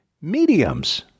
mediums